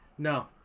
No